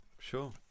sure